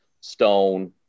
Stone